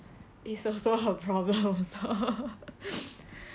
it's also her problem also